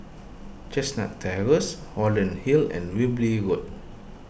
Chestnut Terrace Holland Hill and Wilby Road